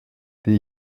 die